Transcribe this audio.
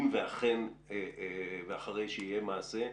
אם ואחרי שיהיה מעשה?